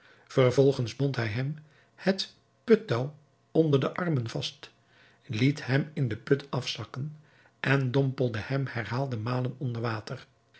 vervolgens bond hij hem het puttouw onder de armen vast liet hem in den put afzakken en dompelde hem herhaalde malen